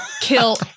kill